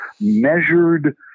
measured